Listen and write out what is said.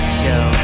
show